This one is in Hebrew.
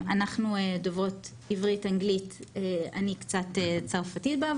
אנחנו דוברות עברית, אנגלית ואני גם קצת צרפתית.